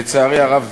לצערי הרב,